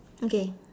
okay